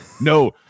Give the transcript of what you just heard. No